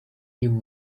niba